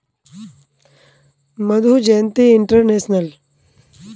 Madhu Jayanti international